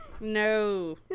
No